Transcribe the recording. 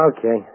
Okay